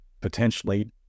potentially